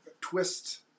twist